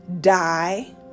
die